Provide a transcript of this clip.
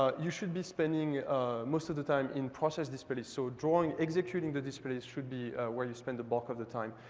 ah you should be spending most of the time in process display list. so drawing, executing the display list should be where you spend the bulk of the time.